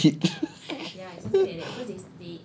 can they even read